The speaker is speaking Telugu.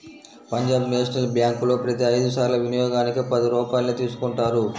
పంజాబ్ నేషనల్ బ్యేంకులో ప్రతి ఐదు సార్ల వినియోగానికి పది రూపాయల్ని తీసుకుంటారు